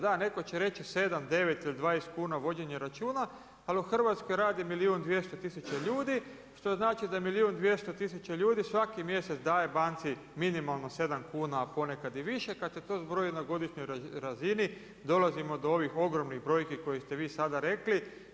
Da, netko će reći, 7, 9 ili 20 kuna vođenje računa ali u hrvatskoj radi milijun i 200 tisuća ljudi, što znači da milijun i 200 tisuća ljudi svaki mjesec daje banci minimalno 7 kuna a ponekad i više a kada se to zbroji na godišnjoj razini dolazimo do ovih ogromnih brojki koje ste vi sada rekli.